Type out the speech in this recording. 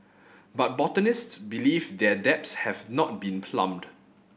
but botanists believe their depths have not been plumbed